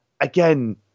again